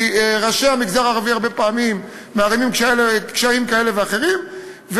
כי ראשי המגזר הערבי הרבה פעמים מערימים קשיים כאלה ואחרים,